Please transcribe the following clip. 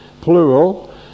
plural